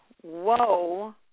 whoa